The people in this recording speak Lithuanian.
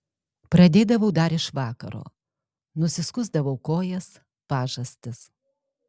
pradėdavau dar iš vakaro nusiskusdavau kojas pažastis